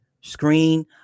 screen